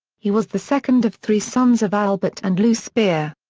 he was the second of three sons of albert and luise speer.